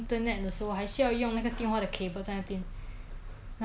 然后 err 然后 hor err 人家不可以打电话进来然后要跟